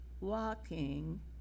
walking